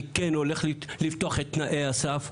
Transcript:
אני כן הולך לפתוח את תנאי הסף.